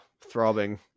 throbbing